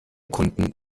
kunden